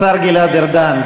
השר גלעד ארדן.